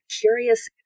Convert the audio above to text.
curious